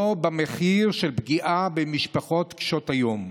לא במחיר של פגיעה במשפחות קשות היום.